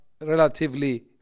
relatively